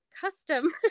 custom